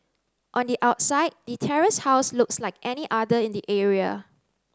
on the outside the terraced house looks like any other in the area